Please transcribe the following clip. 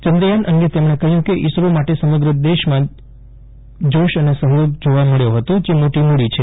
ચંદ્રયાન અંગે તેમણે કહ્યું કે ઇસરો માટે સમગ્ર દેશમાં જોશ અને સહયોગ જોવા મળ્યો જે મોટી મૂડી છે